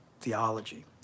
theology